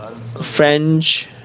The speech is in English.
French